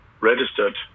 registered